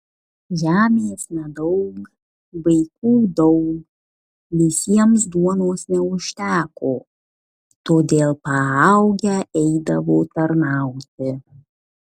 žemės nedaug vaikų daug visiems duonos neužteko todėl paaugę eidavo tarnauti